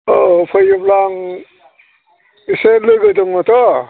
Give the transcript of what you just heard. औ फैयोब्ला आं एसे लोगो दङथ'